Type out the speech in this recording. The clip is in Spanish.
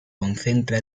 concentra